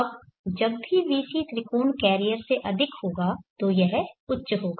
अब जब भी vc त्रिकोणीय कैरियर से अधिक होगा तो यह उच्च होगा